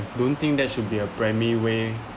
don't think that should be a primary way